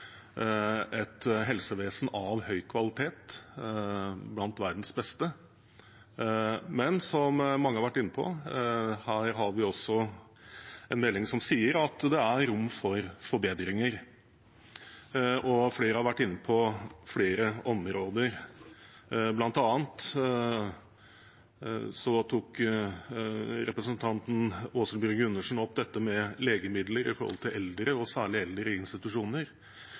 et helsevesen av høy kvalitet, blant verdens beste. Men her har vi også en melding som sier at det er rom for forbedringer, og flere har vært inne på flere områder. Blant annet tok representanten Åshild Bruun-Gundersen opp dette med legemidler når det gjelder eldre, og særlig eldre i institusjoner.